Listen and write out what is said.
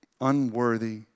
Unworthy